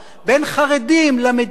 בין חרדים למדינה,